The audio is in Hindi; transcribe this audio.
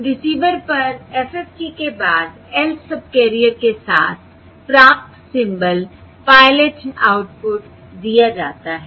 रिसीवर पर FFT के बाद lth सबकैरियर के साथ प्राप्त सिंबल पायलट आउटपुट दिया जाता है